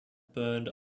burned